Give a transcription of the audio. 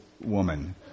woman